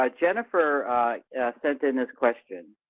ah jennifer sent in this question.